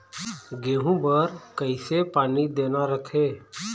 गेहूं बर कइसे पानी देना रथे?